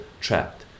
trapped